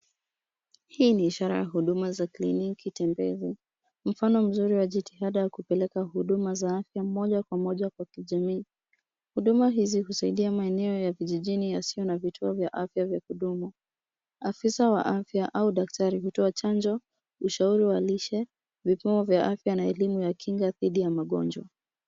Hii ni ishara ya huduma za kliniki tembezi, mfano mzuri wa jitihada wa kupeleka huduma za afya moja kwa moja kwa kijamii. Huduma hizi husaidia maeneo ya vijijini yasiyo na vituo vya afya vya kudumu. Afisa wa afya au daktari hutoa chanjo, ushauri wa lishe, vipawa vya afya na elimu ya kinga dhidhi ya magonjwa.